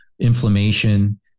inflammation